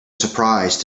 surprise